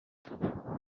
dlaczego